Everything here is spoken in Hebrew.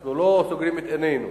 אנחנו לא סוגרים את עינינו.